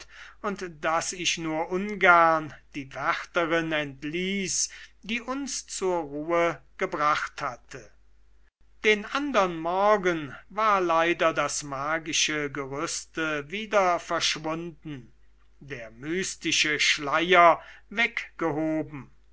und daß ich nur ungern die wärterin entließ die uns zur ruhe gebracht hatte den andern morgen war leider das magische gerüste wieder verschwunden der mystische schleier weggehoben